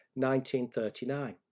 1939